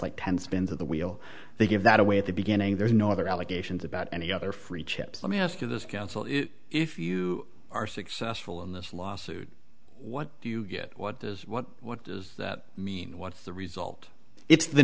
like ten spins of the wheel they give that away at the beginning there is no other allegations about any other free chips let me ask you this if you are successful in this lawsuit what do you get what does what what does that mean what's the result it's the